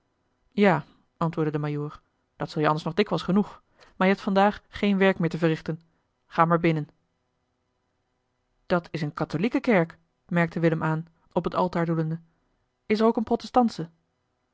ja antwoordde de majoor dat zul je anders nog dikwijls genoeg maar je hebt vandaag geen werk meer te verrichten ga maar binnen dat is een katholieke kerk merkte willem aan op het altaar doelende is er ook een protestantsche